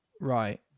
Right